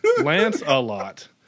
Lance-a-lot